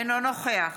אינו נוכח